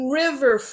river